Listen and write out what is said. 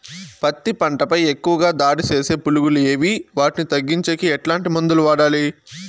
పత్తి పంట పై ఎక్కువగా దాడి సేసే పులుగులు ఏవి వాటిని తగ్గించేకి ఎట్లాంటి మందులు వాడాలి?